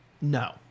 No